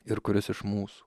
ir kuris iš mūsų